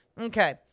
Okay